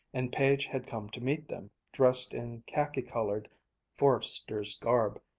and page had come to meet them, dressed in khaki-colored forester's garb,